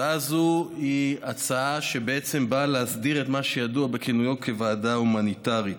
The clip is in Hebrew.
הצעה זו היא הצעה שבעצם באה להסדיר את מה שידוע בכינוי ועדה הומניטרית.